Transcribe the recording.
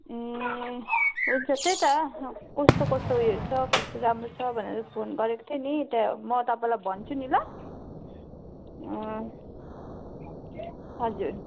ए हुन्छ त्यही त कस्तो कस्तो ऊ योहरू छ कस्तो राम्रो छ भनेर फोन गरेको थिएँ नि त्यहाँ म तपाईँलाई भन्छु नि ल हजुर